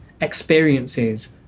experiences